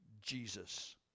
Jesus